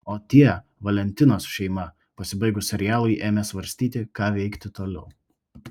o tie valentinos šeima pasibaigus serialui ėmė svarstyti ką veikti toliau